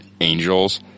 Angels